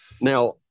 Now